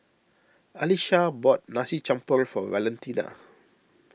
Alisha bought Nasi Campur for Valentina